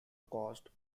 cost